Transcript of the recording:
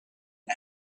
and